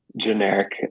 generic